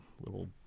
little